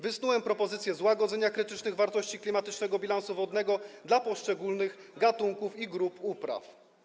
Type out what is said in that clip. Wysunąłem propozycję złagodzenia krytycznych wartości klimatycznego bilansu wodnego dla poszczególnych gatunków i grup upraw.